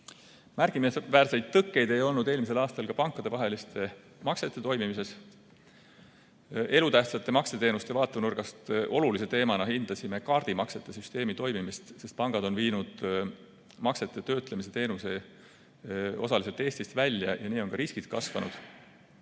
Märkimisväärseid tõkkeid ei olnud eelmisel aastal ka pankadevaheliste maksete toimimises. Elutähtsate makseteenuste vaatenurgast olulise teemana hindasime kaardimaksete süsteemi toimimist, sest pangad on viinud maksete töötlemise teenuse osaliselt Eestist välja ja nii on ka riskid kasvanud.